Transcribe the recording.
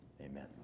Amen